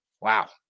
Wow